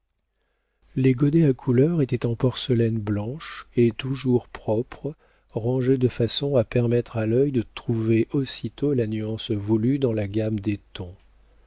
les godets à couleur étaient de porcelaine blanche et toujours propres rangés de façon à permettre à l'œil de trouver aussitôt la nuance voulue dans la gamme des tons